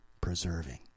preserving